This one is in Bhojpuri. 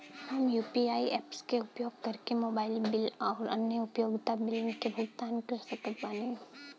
हम यू.पी.आई ऐप्स के उपयोग करके मोबाइल बिल आउर अन्य उपयोगिता बिलन के भुगतान कर सकत बानी